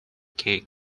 gang